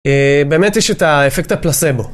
באמת יש את ה...אפקט הפלסבו.